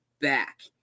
back